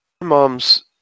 mom's